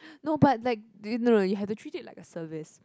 no but like no no you have to treat it like a service